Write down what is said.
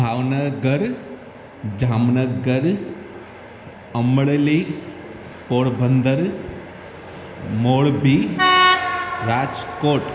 Bhavnagar Jamnagar Amreli Porbandar Morbi Rajkot